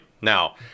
Now